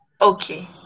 okay